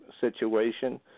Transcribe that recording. situation